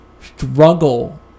struggle